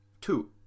Two